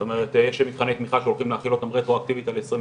זאת אומרת יש מבחני תמיכה שהולכים להחיל אותם רטרואקטיבית על 2021,